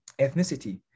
ethnicity